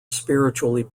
spiritually